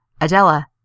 Adela